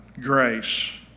Grace